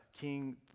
King